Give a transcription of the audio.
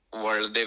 world